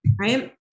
Right